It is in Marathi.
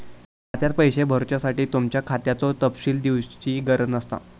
खात्यात पैशे भरुच्यासाठी तुमच्या खात्याचो तपशील दिवची गरज नसता